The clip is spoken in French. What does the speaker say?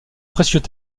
précieux